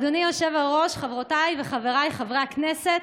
אדוני היושב-ראש, חברותיי וחבריי חברי הכנסת,